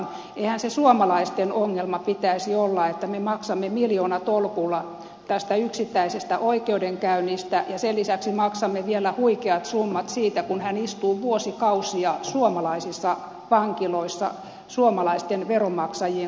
eihän sen suomalaisten ongelma pitäisi olla että me maksamme miljoonatolkulla tästä yksittäisestä oikeudenkäynnistä ja sen lisäksi maksamme vielä huikeat summat siitä kun hän istuu vuosikausia suomalaisissa vankiloissa suomalaisten veronmaksajien kustannuksella